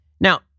Now